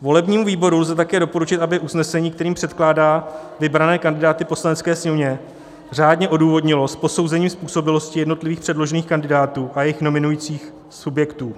Volebnímu výboru lze také doporučit, aby usnesení, kterým předkládá vybrané kandidáty Poslanecké sněmovně, řádně odůvodnil s posouzením způsobilosti jednotlivých předložených kandidátů a jejich nominujících subjektů.